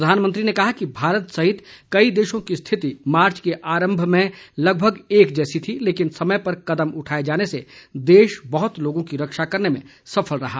प्रधानमंत्री ने कहा कि भारत सहित कई देशों की स्थिति मार्च के प्रारम्भ में लगभग एक जैसी थी लेकिन समय पर कदम उठाये जाने से देश बहुत लोगों की रक्षा करने में सफल रहा